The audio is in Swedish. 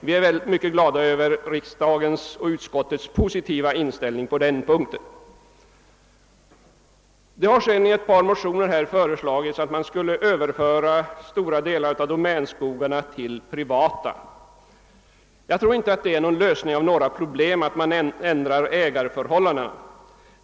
Vi är — jag upprepar det — glada över den positiva inställningen. I ett par motioner har föreslagits att stora delar av domänverkets skogar skall överföras i privat ägo. Jag tror emellertid inte att en ändring av ägandeförhållandena löser några problem.